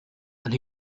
and